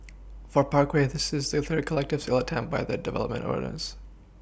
for Parkway this is the third collective sale attempt by the development's owners